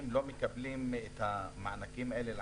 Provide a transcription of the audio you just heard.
מקבלים את המענקים האלה לעצמאיים?